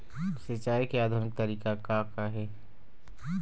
सिचाई के आधुनिक तरीका का का हे?